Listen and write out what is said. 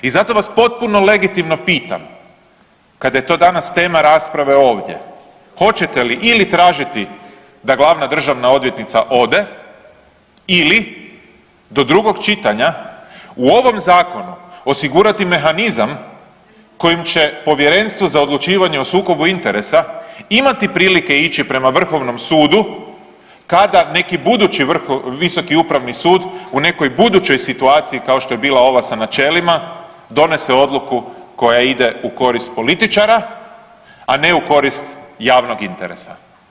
I zato vas potpuno legitimno pitam, kada je to danas tema rasprave ovdje, hoćete li ili tražiti da glavna državna odvjetnica ode ili do drugog čitanja u ovom zakonu osigurati mehanizam kojim će Povjerenstvo za odlučivanje o sukobu interesa imati prilike ići prema Vrhovnom sudu kada neki budući vrhovni, Visoki upravni sud u nekoj budućoj situaciji kao što je bila ova sa načelima donese odluku koja ide u korist političara, a ne u korist javnog interesa.